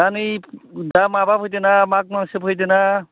दा नै दा माबा फैदो ना माघ मास फैदोना